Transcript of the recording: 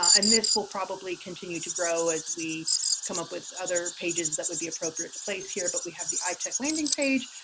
and this will probably continue to grow as we come up with other pages that would be appropriate to place here. but we have the itac landing page.